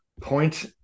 point